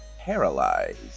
paralyzed